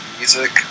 music